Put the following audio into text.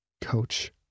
Coach